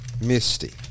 misty